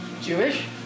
Jewish